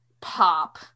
pop